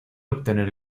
obtener